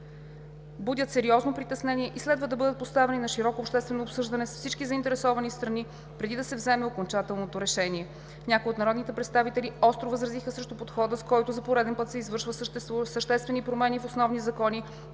будят сериозно притеснение и следва да бъдат поставени на широко обществено обсъждане с всички заинтересовани страни преди да се вземе окончателно решение. Някои от народните представители остро възразиха срещу подхода, с който за пореден път се извършват съществени промени в основни закони,